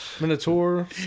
Minotaur